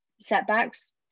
setbacks